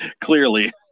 clearly